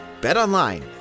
BetOnline